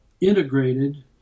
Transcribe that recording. integrated